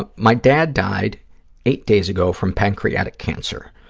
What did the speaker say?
but my dad died eight days ago from pancreatic cancer.